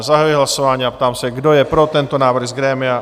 Zahajuji hlasování a ptám se, kdo je pro tento návrh z grémia?